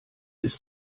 ist